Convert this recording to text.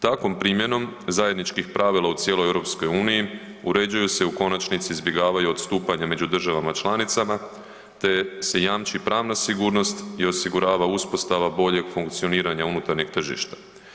Takvom primjenom zajedničkih pravila u cijeloj EU, uređuju se u konačnici i izbjegavaju odstupanja među državama članicama te se jamči pravna sigurnost i osigurava uspostava boljeg funkcioniranja unutarnjeg tržišta.